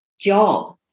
job